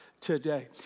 today